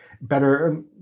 better